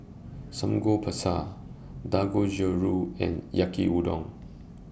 Samgyeopsal Dangojiru and Yaki Udon